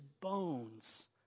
bones